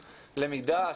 למידה,